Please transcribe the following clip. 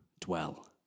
dwell